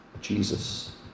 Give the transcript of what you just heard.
Jesus